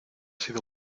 sido